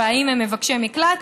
ואם הם מבקשי מקלט.